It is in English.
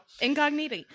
incognito